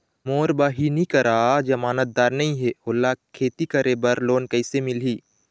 मोर बहिनी करा जमानतदार नई हे, ओला खेती बर लोन कइसे मिलही?